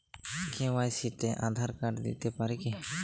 KYC তে Aadhaar card দিতে পারি কি?